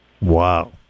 Wow